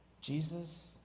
Jesus